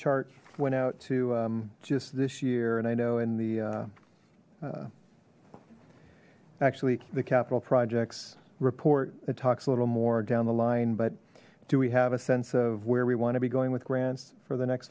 chart went out to just this year and i know in the actually the capital projects report that talks a little more down the line but do we have a sense of where we want to be going with grants for the next